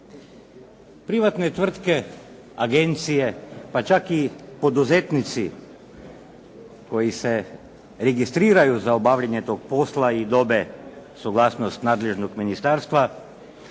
Privatne tvrtke, agencije, pa čak i poduzetnici koji se registriraju za obavljanje toga posla i dobe suglasnost nadležnog ministarstva,